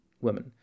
women